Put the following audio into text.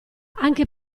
anche